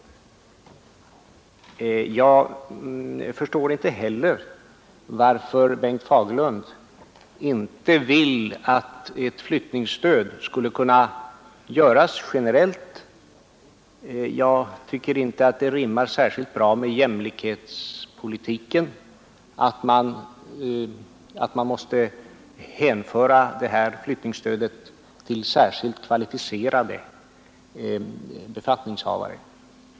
Jag förstår inte heller varför Bengt Fagerlund inte anser att ett flyttningsstöd skulle kunna göras generellt. Jag tycker inte att det rimmar särskilt bra med jämlikhetspolitiken att man måste hänföra det här flyttningsstödet till särskilt kvalificerade befattningshavare.